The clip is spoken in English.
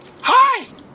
Hi